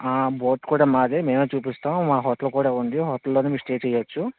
boat కూడా మాదే మేమే చూపిస్తాం మా హోటల్ కూడా ఉంది హోటల్లోనే మీరు స్టే చెయ్యొచ్చు